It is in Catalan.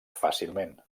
fàcilment